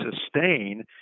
sustain